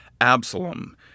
Absalom